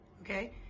okay